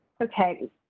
okay